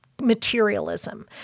materialism